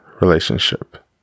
relationship